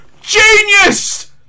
genius